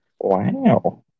Wow